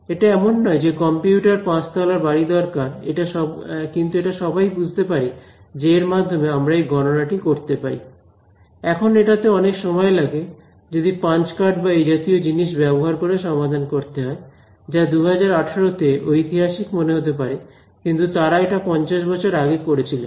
এটা এমন নয় যে কম্পিউটারের পাঁচতলা বাড়ি দরকার কিন্তু এটা সবাই বুঝতে পারে যে এর মাধ্যমে আমরা এই গণনা টি করতে পারি এখনো এটাতে অনেক সময় লাগে যদি পাঞ্চকার্ড বা এই জাতীয় জিনিস ব্যবহার করে সমাধান করতে হয় যা 2018 তে ঐতিহাসিক মনে হতে পারে কিন্তু তারা এটা 50 বছর আগে করছিলেন